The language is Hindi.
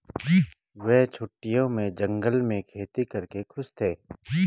वे छुट्टियों में जंगल में खेती करके खुश थे